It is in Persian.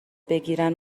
بگیرن